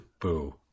boo